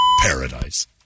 paradise